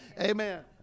Amen